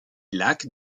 lacs